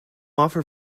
offer